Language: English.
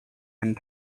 and